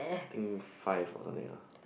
think five or something ah